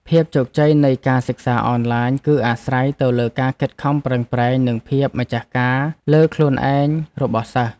ភាពជោគជ័យនៃការសិក្សាអនឡាញ គឺអាស្រ័យទៅលើការខិតខំប្រឹងប្រែងនិងភាពម្ចាស់ការលើខ្លួនឯងរបស់សិស្ស។